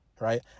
right